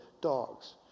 dogs